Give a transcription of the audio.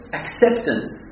acceptance